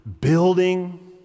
building